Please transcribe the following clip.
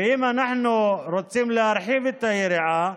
ואם אנחנו רוצים להרחיב את היריעה,